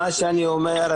מה שאני אומר,